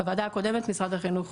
בוועדה הקודמת משרד החינוך